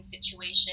situation